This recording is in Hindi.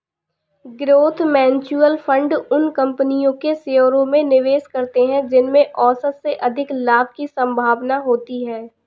ग्रोथ म्यूचुअल फंड उन कंपनियों के शेयरों में निवेश करते हैं जिनमें औसत से अधिक लाभ की संभावना होती है